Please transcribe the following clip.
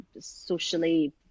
socially